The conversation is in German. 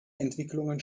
entwicklungen